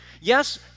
Yes